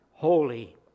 holy